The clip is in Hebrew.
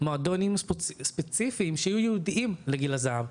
מועדונים ספציפיים שיהיו יעודים לגיל הזהב,